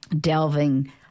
delving